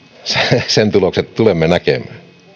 sen tulokset tulemme näkemään